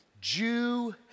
Jew